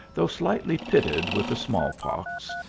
though slightly pitted with the small-pox,